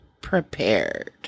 prepared